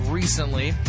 recently